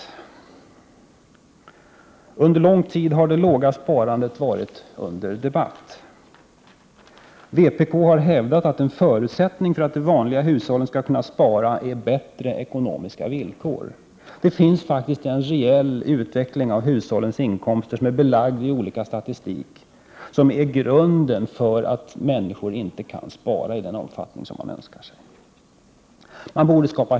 Sedan en lång tid har det låga sparandet varit under debatt. Vpk har hävdat att en förutsättning för att de vanliga hushållen skall kunna spara är bättre ekonomiska villkor. Det finns faktiskt en reell utveckling av hushållens inkomster som är belagd i statistik och som är grunden för att människor inte kan spara i den omfattning som kan önskas.